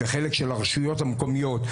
וחלק של הרשויות המקומיות.